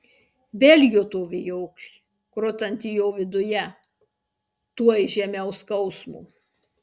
vėl juto vijoklį krutantį jo viduje tuoj žemiau skausmo